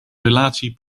relatie